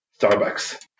Starbucks